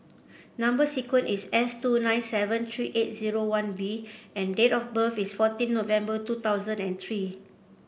number sequence is S two nine seven three eight zero one B and date of birth is fourteen November two thousand and three